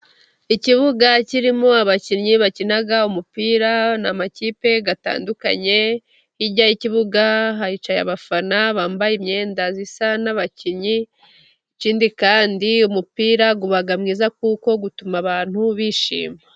Ikibuga kirimo abakinnyi bakina umupira, ni amakipe atandukanye hirya y'ikibuga hicaye abafana bambaye imyenda isa n'iy'abakinnyi, ikindi kandi umupira uba mwiza kuko utuma abantu bishima.